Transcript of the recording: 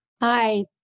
Hi